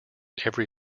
every